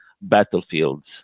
battlefields